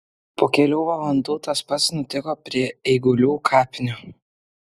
po kelių valandų tas pats nutiko prie eigulių kapinių